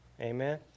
Amen